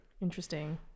Interesting